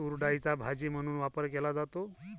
तूरडाळीचा भाजी म्हणून वापर केला जातो